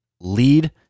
lead